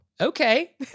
okay